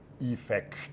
effect